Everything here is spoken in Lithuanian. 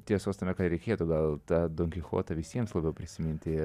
tiesos tame kad reikėtų gal tą donkichotą visiems labiau prisiminti ir